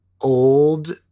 old